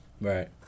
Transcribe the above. right